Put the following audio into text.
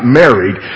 married